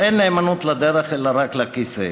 אין נאמנות לדרך אלא רק לכיסא.